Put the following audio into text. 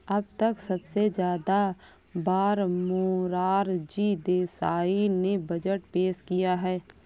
अब तक सबसे ज्यादा बार मोरार जी देसाई ने बजट पेश किया है